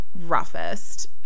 roughest